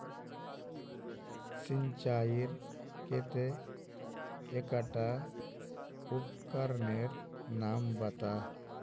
सिंचाईर केते एकटा उपकरनेर नाम बता?